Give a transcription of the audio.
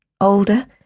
older